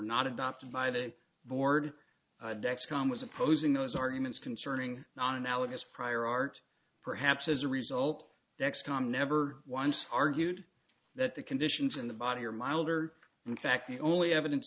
not adopted by the board deck's com was opposing those arguments concerning non analogous prior art perhaps as a result next time never once argued that the conditions in the body are milder in fact the only evidence